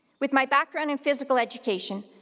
with my background in physical education,